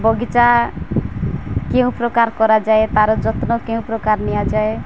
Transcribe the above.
ବଗିଚା କେଉଁ ପ୍ରକାର କରାଯାଏ ତା'ର ଯତ୍ନ କେଉଁ ପ୍ରକାର ନିଆଯାଏ